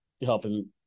helping